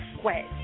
sweat